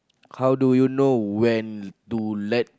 how do you know when to let